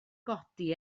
godi